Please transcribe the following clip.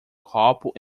copo